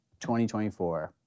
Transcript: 2024